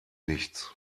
nichts